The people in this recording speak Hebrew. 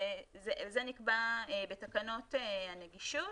זה נקבע בתקנות הנגישות.